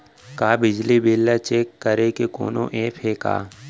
का बिजली बिल ल चेक करे के कोनो ऐप्प हे का?